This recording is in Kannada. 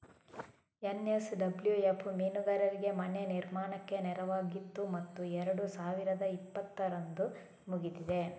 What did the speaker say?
ಎನ್.ಎಸ್.ಡಬ್ಲ್ಯೂ.ಎಫ್ ಮೀನುಗಾರರಿಗೆ ಮನೆ ನಿರ್ಮಾಣಕ್ಕೆ ನೆರವಾಗಿತ್ತು ಮತ್ತು ಎರಡು ಸಾವಿರದ ಇಪ್ಪತ್ತರಂದು ಮುಗಿದಿದೆ